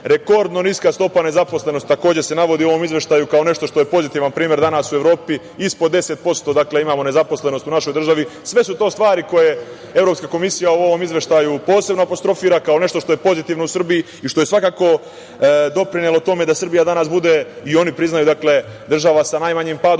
rekordno niska stopa nezaposlenosti, kao nešto što je pozitivan primer danas u Evropi. Dakle, ispod 10% imamo nezaposlenost u našoj državi. Sve su to stvari koje Evropska komisija u ovom izveštaju posebno apostrofira kao nešto što je pozitivno u Srbiji i što je svakako doprinelo tome da Srbija danas bude, i oni priznaju, država sa najmanjim padom